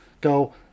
go